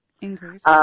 Increase